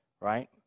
Right